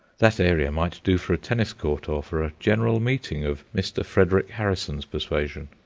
that area might do for a tennis-court or for a general meeting of mr. frederic harrison's persuasion.